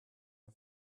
her